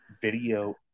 video